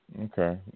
Okay